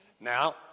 Now